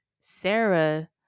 sarah